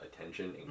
attention